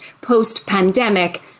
post-pandemic